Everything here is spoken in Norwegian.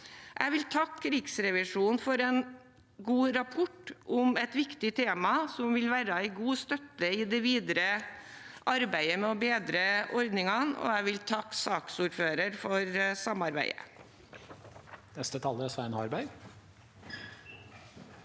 Jeg vil takke Riksrevisjonen for en god rapport om et viktig tema, som vil være en god støtte i det videre arbeidet med å bedre ordningene, og jeg vil takke saksordføreren for samarbeidet.